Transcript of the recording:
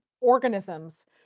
organisms